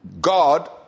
god